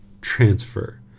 transfer